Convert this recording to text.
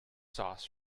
sauce